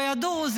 לא ידעו,